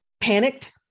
panicked